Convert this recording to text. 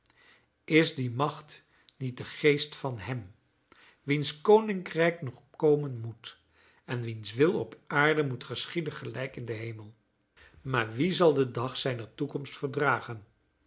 is die macht niet de geest van hem wiens koninkrijk nog komen moet en wiens wil op aarde moet geschieden gelijk in den hemel maar wie zal den dag zijner toekomst verdragen